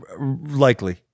Likely